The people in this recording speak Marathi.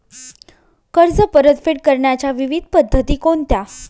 कर्ज परतफेड करण्याच्या विविध पद्धती कोणत्या?